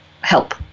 help